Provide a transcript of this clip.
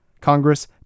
Congress